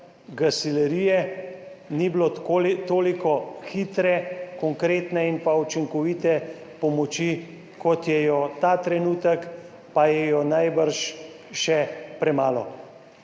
gasilerije ni bilo toliko hitre, konkretne in učinkovite pomoči, kot je je ta trenutek, pa jo je najbrž še premalo.